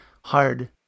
hard